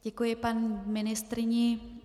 Děkuji paní ministryni.